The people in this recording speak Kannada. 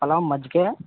ಪಲಾವ್ ಮಜ್ಜಿಗೆ